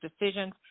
decisions